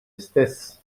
istess